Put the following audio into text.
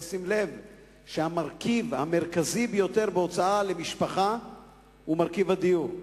נראה שהמרכיב המרכזי ביותר בהוצאה למשפחה הוא מרכיב הדיור.